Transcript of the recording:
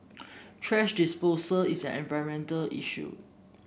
thrash disposal is an environmental issue